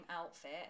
outfit